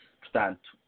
portanto